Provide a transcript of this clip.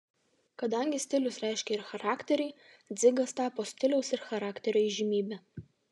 kadangi stilius reiškia ir charakterį dzigas tapo stiliaus ir charakterio įžymybe